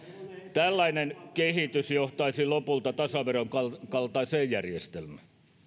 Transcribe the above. tällainen kehitys johtaisi lopulta tasaveron kaltaiseen järjestelmään